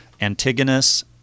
Antigonus